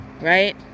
right